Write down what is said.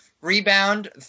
rebound